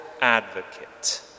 advocate